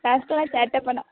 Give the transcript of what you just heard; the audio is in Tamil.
கிளாஸ்லெல்லாம் சேட்டைப் பண்ணா